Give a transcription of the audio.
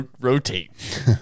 rotate